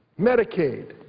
medicaid,